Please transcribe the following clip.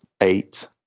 eight